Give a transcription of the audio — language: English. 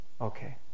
Okay